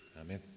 Amen